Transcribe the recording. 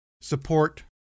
Support